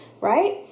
Right